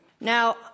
Now